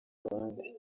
abandi